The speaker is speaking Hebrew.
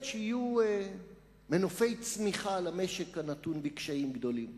שיהיו מנופי צמיחה למשק הנתון בקשיים גדולים.